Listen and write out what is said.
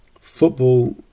Football